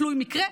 תלוי מקרה,